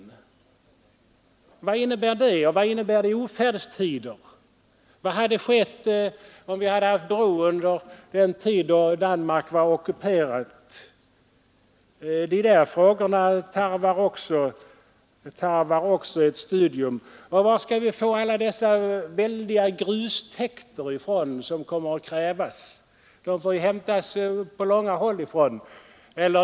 Och vad betyder en sådan bro i ofärdstider? Vad hade skett om vi hade haft en bro under den tid då Danmark var ockuperat? De frågorna tarvar också ett studium. Och varifrån skall vi få dessa väldiga grustäkter som kommer att krävas? Gruset får vi hämta långväga ifrån.